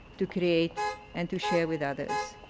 to create and to share with others.